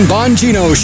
Bongino